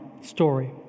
story